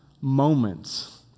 moments